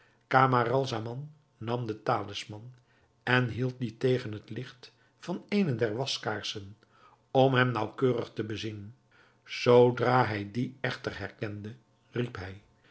camaralzaman nam den talisman en hield dien tegen het licht van eene der waskaarsen om hem naauwkeurig te bezien zoodra hij dien echter herkende riep hij